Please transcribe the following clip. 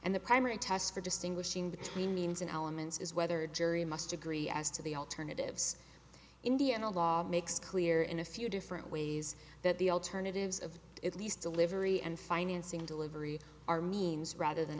and the primary test for distinguishing between means and elements is whether jury must agree as to the alternatives indiana law makes clear in a few different ways that the alternatives of at least delivery and financing delivery are means rather than